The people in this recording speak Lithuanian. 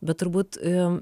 bet turbūt